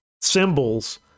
Symbols